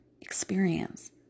experience